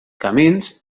camins